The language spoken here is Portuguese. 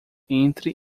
entre